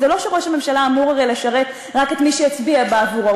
הרי זה לא שראש הממשלה אמור לשרת רק את מי שהצביע בעבורו,